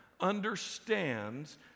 understands